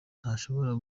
ntashobora